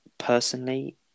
personally